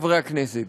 חברי הכנסת,